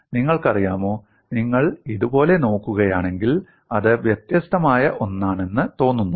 നിങ്ങൾക്കറിയാമോ നിങ്ങൾ ഇതുപോലെ നോക്കുകയാണെങ്കിൽ അത് വ്യത്യസ്തമായ ഒന്നാണെന്ന് തോന്നുന്നു